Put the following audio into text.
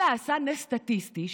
אללה עשה נס סטטיסטי,